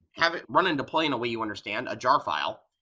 have it run and deploy in a way you understand, a jar file,